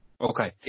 Okay